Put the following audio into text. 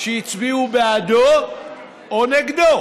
שהצביעו בעדו או נגדו